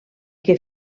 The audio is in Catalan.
que